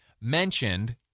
mentioned